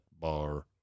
bar